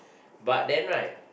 but then right